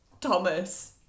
Thomas